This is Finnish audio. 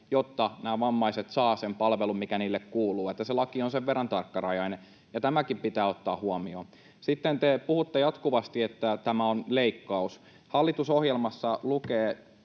jotta nämä vammaiset saavat sen palvelun, mikä heille kuuluu, että se laki on sen verran tarkkarajainen. Tämäkin pitää ottaa huomioon. Sitten te puhutte jatkuvasti, että tämä on leikkaus. Hallitusohjelmassa lukee